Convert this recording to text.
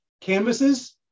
canvases